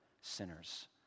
sinners